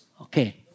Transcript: Okay